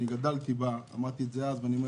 שגדלתי בה אמרתי את זה אז ואני אומר